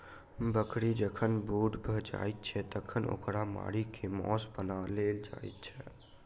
बकरी जखन बूढ़ भ जाइत छै तखन ओकरा मारि क मौस बना लेल जाइत छै